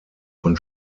von